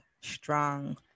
strong